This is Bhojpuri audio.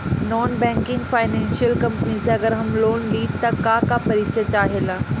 नॉन बैंकिंग फाइनेंशियल कम्पनी से अगर हम लोन लि त का का परिचय चाहे ला?